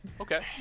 Okay